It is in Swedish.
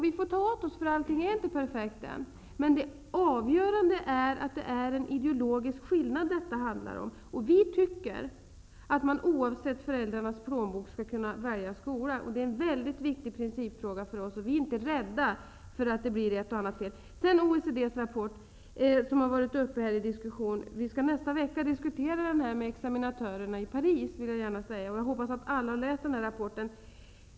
Vi får lov att ta åt oss, därför att allting är inte perfekt ännu. Det avgörande är emellertid att det handlar om en ideologisk skillnad. Vi tycker att skola skall kunna väljas oavsett föräldrars plånbok, och för oss är det en väldigt viktig principfråga. Vi är inte rädda för att det kan bli ett eller annat fel. Så till OECD:s rapport, som här har varit uppe till diskussion. Nästa vecka skall vi diskutera det här med examinatörerna i Paris. Jag hoppas alla har läst rapporten.